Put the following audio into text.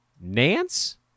Nance